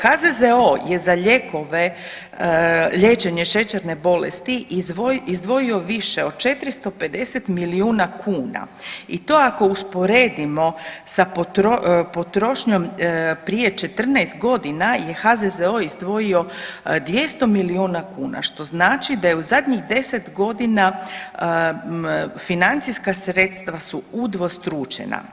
HZZO je za lijekove, liječenje šećerne bolesti izdvojio više od 450 milijuna kuna i to ako usporedimo sa potrošnjom prije 14.g. je HZZO izdvojio 200 milijuna kuna, što znači da je u zadnjih 10.g., financijska sredstva su udvostručena.